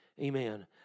Amen